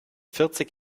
vierzig